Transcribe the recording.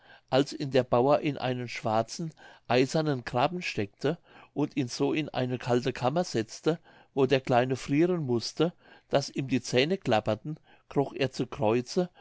als ihn der bauer in einen schwarzen eisernen grapen steckte und ihn so in eine kalte kammer setzte wo der kleine frieren mußte daß ihm die zähne klapperten kroch er zu kreuze